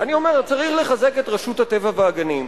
אני אומר: צריך לחזק את רשות הטבע והגנים.